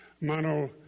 Mono